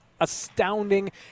astounding